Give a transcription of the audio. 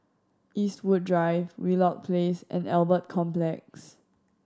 Eastwood Drive Wheelock Place and Albert Complex